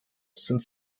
sind